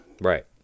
Right